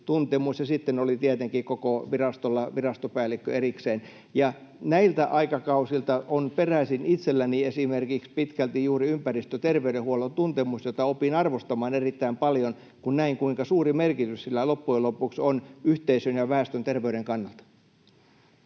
ja sitten oli tietenkin koko virastolla virastopäällikkö erikseen. Ja näiltä aikakausilta on peräisin itselläni esimerkiksi pitkälti juuri ympäristöterveydenhuollon tuntemus, jota opin arvostamaan erittäin paljon, kun näin, kuinka suuri merkitys sillä loppujen lopuksi on yhteisön ja väestön terveyden kannalta.